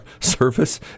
service